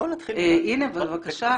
הנה, בבקשה.